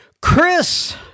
chris